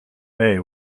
bay